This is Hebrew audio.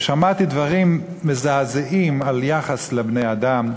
ושמעתי דברים מזעזעים על יחס לבני-אדם,